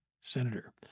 senator